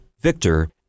Victor